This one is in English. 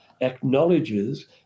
acknowledges